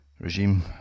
regime